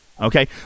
Okay